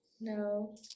No